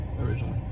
originally